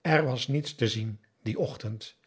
er was niets te zien dien echtend